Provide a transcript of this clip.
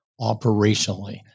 operationally